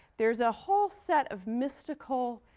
there's a whole set of mystical